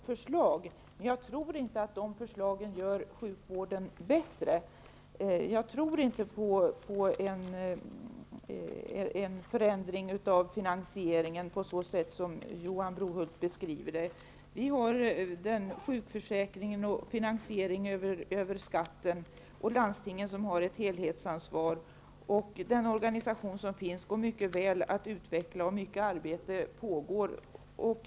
Herr talman! Johan Brohult har talat om olika förslag. Men jag tror inte att dessa förslag skulle göra sjukvården bättre. Jag tror inte på en förändring av finansieringen på ett sådant sätt som Johan Brohult beskriver den. Vi har sjukförsäkringar och finansiering över skatten. Landstingen har ett helhetsansvar. Den organisation vi har går mycket väl att utveckla. Mycket arbete pågår.